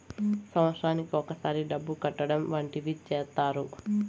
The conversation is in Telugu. సంవత్సరానికి ఒకసారి డబ్బు కట్టడం వంటివి చేత్తారు